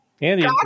Andy